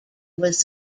was